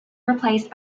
replaced